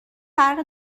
فرق